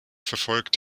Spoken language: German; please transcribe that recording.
verfolgt